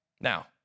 Now